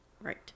Right